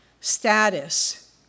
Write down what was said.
status